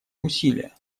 усилия